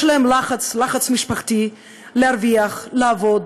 יש עליהם לחץ, לחץ משפחתי, להרוויח, לעבוד,